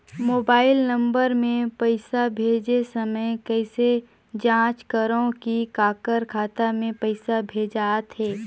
Mobile number मे पइसा भेजे समय कइसे जांच करव की काकर खाता मे पइसा भेजात हे?